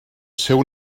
seu